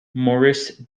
maurice